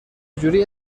جوری